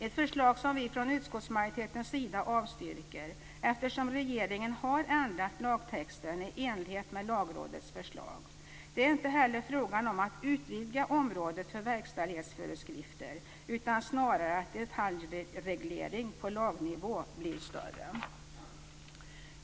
Ett förslag som vi från utskottsmajoritetens sida avstyrker eftersom regeringen har ändrat lagtexten i enlighet med Lagrådets förslag. Det är inte heller frågan om att utvidga området för verkställighetsföreskrifter utan snarare att detaljregleringen på lagnivå blir större.